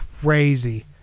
crazy